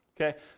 okay